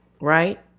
right